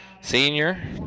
senior